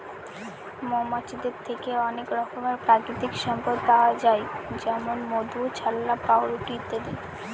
মৌমাছিদের থেকে অনেক রকমের প্রাকৃতিক সম্পদ পাওয়া যায় যেমন মধু, ছাল্লা, পাউরুটি ইত্যাদি